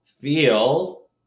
feel